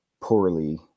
poorly